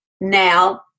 now